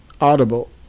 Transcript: Audible